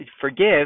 forgive